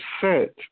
set